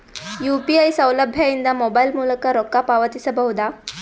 UPI ಸೌಲಭ್ಯ ಇಂದ mobile ಮೂಲಕ ರೊಕ್ಕ ಪಾವತಿಸ ಬಹುದಾ?